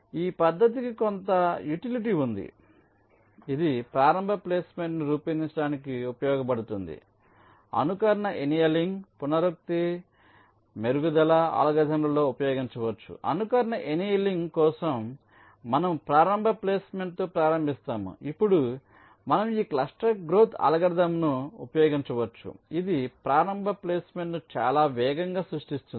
ఈ పద్ధతికి కొంత యుటిలిటీ ఉంది ఇది ప్రారంభ ప్లేస్మెంట్ను రూపొందించడానికి ఉపయోగపడుతుంది అనుకరణ ఎనియలింగ్ పునరుక్తి మెరుగుదల అల్గోరిథంలలో ఉపయోగించవచ్చు అనుకరణ ఎనియలింగ్ కోసం మనము ప్రారంభ ప్లేస్మెంట్తో ప్రారంభిస్తాము ఇప్పుడు మనం ఈ క్లస్టర్ గ్రోత్ అల్గారిథమ్ను ఉపయోగించవచ్చు ఇది ప్రారంభ ప్లేస్మెంట్ను చాలా వేగంగా సృష్టిస్తుంది